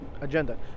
agenda